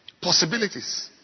Possibilities